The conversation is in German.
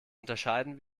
unterscheiden